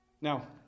Now